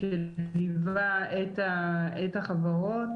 שליווה את החברות,